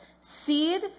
seed